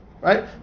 Right